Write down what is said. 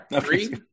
Three